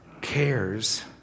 cares